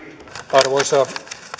arvoisa